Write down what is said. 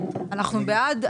אנחנו בעד.